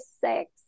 six